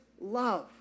love